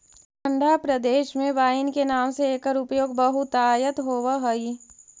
ठण्ढा प्रदेश में वाइन के नाम से एकर उपयोग बहुतायत होवऽ हइ